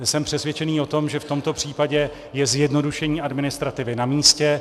Jsem přesvědčený o tom, že v tomto případě je zjednodušení administrativy namístě.